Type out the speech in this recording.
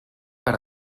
per